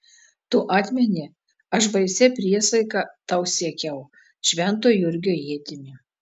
tu atmeni aš baisia priesaika tau siekiau švento jurgio ietimi